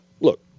look